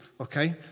okay